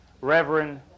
reverend